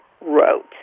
wrote